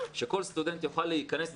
שכל סטודנט יוכל להיכנס,